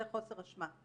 זה חוסר אשמה.